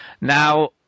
Now